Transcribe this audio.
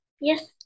Yes